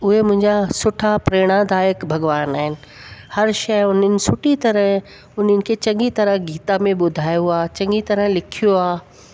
त उहे मुंहिंजा सुठा प्रेरणा दायक भॻिवान आहिनि हर शइ हुननि सुठी तरह हुननि खे चङी तरह गीता में ॿुधायो आहे चङी तरह लिखियो आहे